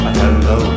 hello